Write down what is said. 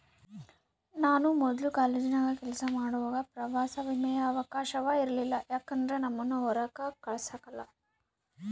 ನಾನು ಮೊದ್ಲು ಕಾಲೇಜಿನಾಗ ಕೆಲಸ ಮಾಡುವಾಗ ಪ್ರವಾಸ ವಿಮೆಯ ಅವಕಾಶವ ಇರಲಿಲ್ಲ ಯಾಕಂದ್ರ ನಮ್ಮುನ್ನ ಹೊರಾಕ ಕಳಸಕಲ್ಲ